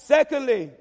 Secondly